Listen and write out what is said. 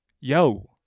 yo